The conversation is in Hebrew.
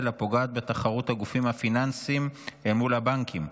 הפוגעת בתחרות הגופים הפיננסיים אל מול הבנקים.